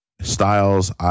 Styles